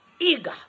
eager